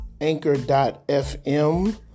Anchor.fm